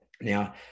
now